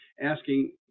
asking